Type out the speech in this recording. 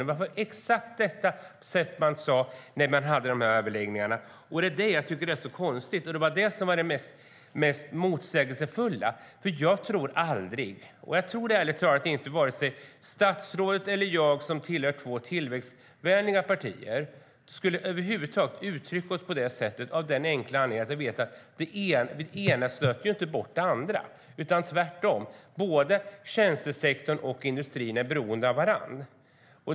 Det var på exakt detta sätt regeringen sade när man hade överläggningarna. Det är det jag tycker är så konstigt, och det är det som är det mest motsägelsefulla. Jag tror ärligt talat inte att vare sig statsrådet eller jag, som tillhör två tillväxtvänliga partier, över huvud taget skulle uttrycka oss på det sättet av den enkla anledningen att vi vet att det ena inte stöter bort det andra. Det är tvärtom: Tjänstesektorn och industrin är beroende av varandra.